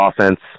offense